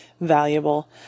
valuable